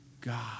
God